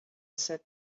said